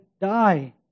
die